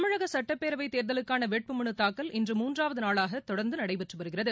தமிழக சட்டப்பேரவைத் தேர்தலுக்கான வேட்புமனு தாக்கல் இன்று மூன்றாவது நாளாக தொடர்ந்து நடைபெற்று வருகிறது